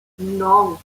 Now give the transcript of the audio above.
non